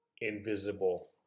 invisible